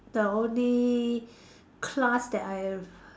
the only class that I have